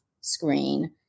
screen